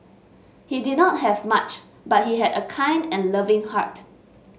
he did not have much but he had a kind and loving heart